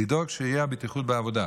לדאוג שתהיה בטיחות בעבודה,